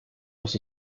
muss